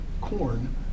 corn